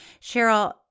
Cheryl